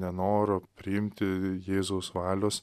nenoro priimti jėzaus valios